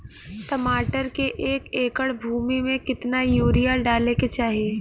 टमाटर के एक एकड़ भूमि मे कितना यूरिया डाले के चाही?